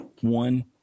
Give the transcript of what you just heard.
One